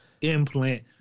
implant